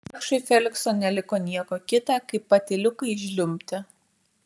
vargšui feliksui neliko nieko kita kaip patyliukais žliumbti